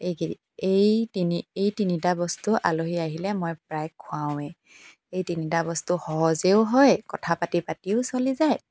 এইকি এই তিনি এই তিনিটা বস্তু আলহী আহিলে মই প্ৰায় খুৱাওঁৱেই এই তিনিটা বস্তু সহজেও হয় কথা পাতি পাতিও চলি যায়